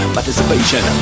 Participation